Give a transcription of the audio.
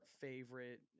favorite